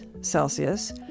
Celsius